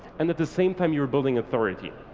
and at the same time you are building authority.